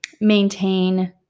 maintain